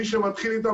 מי שמתחיל איתם,